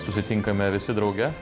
susitinkame visi drauge